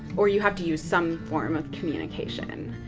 or you have to use some form of communication.